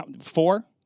four